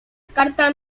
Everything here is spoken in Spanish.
carta